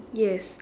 yes